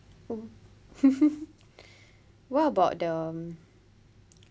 oh what about the